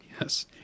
Yes